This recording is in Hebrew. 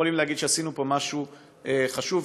נוכל להגיד שעשינו משהו חשוב,